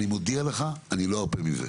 אני מודיע לך שאני לא ארפה מזה,